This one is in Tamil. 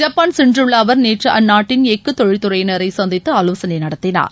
ஜப்பான் சென்றுள்ள அவர் நேற்று அந்நாட்டின் எஃகு தொழில்துறையினரை சந்தித்து ஆலோசனை நடத்தினார்